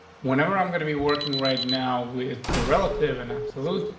whenever i'm gonna be working right now with the relative and absolute,